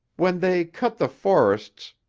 when they cut the forests.